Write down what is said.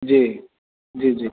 जी जी जी